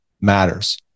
matters